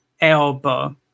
elbow